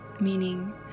meaning